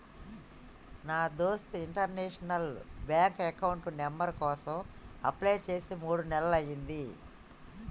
నా దోస్త్ international bank account number కోసం అప్లై చేసి మూడు నెలలయ్యింది